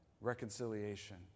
reconciliation